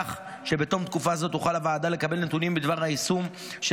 כך שבתום תקופה זו תוכל הוועדה לקבל נתונים בדבר היישום של